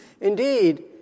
Indeed